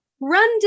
Run